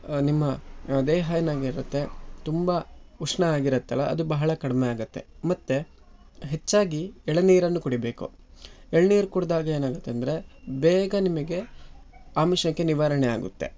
ನಿಮ್ಮ ದೇಹ ಏನಾಗಿರತ್ತೆ ತುಂಬ ಉಷ್ಣ ಆಗಿರತ್ತಲ್ಲ ಅದು ಬಹಳ ಕಡಿಮೆ ಆಗತ್ತೆ ಮತ್ತು ಹೆಚ್ಚಾಗಿ ಎಳನೀರನ್ನು ಕುಡೀಬೇಕು ಎಳ್ನೀರು ಕುಡ್ದಾಗ ಏನಾಗತ್ತೆ ಅಂದರೆ ಬೇಗ ನಿಮಗೆ ಆಮಶಂಕೆ ನಿವಾರಣೆಯಾಗುತ್ತೆ